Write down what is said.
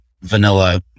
vanilla